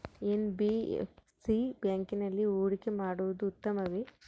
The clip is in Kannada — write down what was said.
ಎನ್.ಬಿ.ಎಫ್.ಸಿ ಬ್ಯಾಂಕಿನಲ್ಲಿ ಹೂಡಿಕೆ ಮಾಡುವುದು ಉತ್ತಮವೆ?